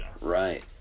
Right